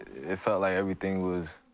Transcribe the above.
it felt like everything was